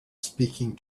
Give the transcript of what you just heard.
speaking